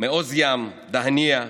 מעוז ים, דהנייה,